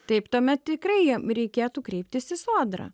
taip tuomet tikrai jam reikėtų kreiptis į sodrą